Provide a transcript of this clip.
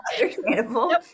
Understandable